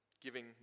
giving